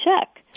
check